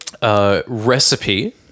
Recipe